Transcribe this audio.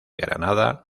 granada